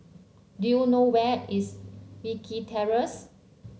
do you know where is Wilkie Terrace